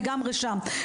לגמרי שם.